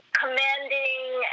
commanding